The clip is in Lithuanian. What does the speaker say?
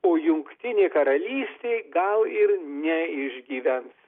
o jungtinė karalystė gal ir neišgyvens